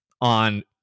on